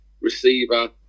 receiver